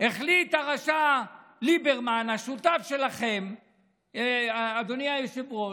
החליט הרשע ליברמן, השותף שלכם, אדוני היושב-ראש,